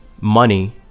money